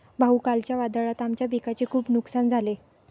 भाऊ, कालच्या वादळात आमच्या पिकाचे खूप नुकसान झाले